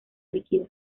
líquida